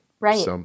Right